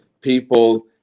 people